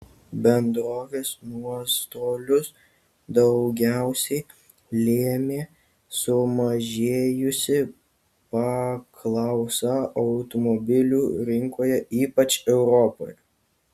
bendrovės nuostolius daugiausiai lėmė sumažėjusi paklausa automobilių rinkoje ypač europoje